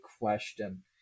question